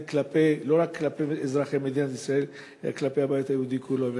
הן לא רק כלפי אזרחי מדינת ישראל אלא כלפי הבית היהודי כולו.